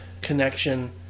connection